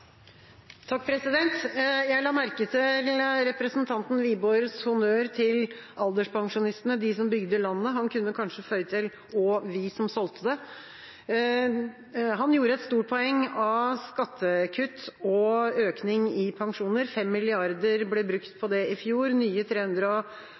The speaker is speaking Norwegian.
Jeg la merke til representanten Wiborgs honnør til alderspensjonistene – de som bygde landet. Han kunne kanskje føydd til: «og vi som solgte det.» Han gjorde et stort poeng av skattekutt og økning i pensjoner. 5 mrd. kr ble brukt på